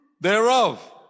thereof